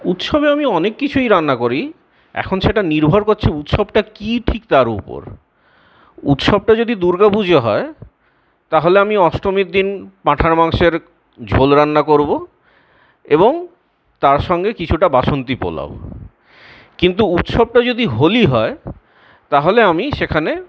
উৎসবে আমি অনেক কিছুই রান্না করি এখন সেটা নির্ভর করছে উৎসবটা কি ঠিক তার ওপর উৎসবটা যদি দুর্গা পূজা হয় তাহলে আমি অষ্টমীর দিন পাঁঠার মাংসের ঝোল রান্না করবো এবং তার সঙ্গে কিছুটা বাসন্তি পোলাও কিন্তু উৎসবটা যদি হোলি হয় তাহলে আমি সেখানে